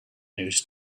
news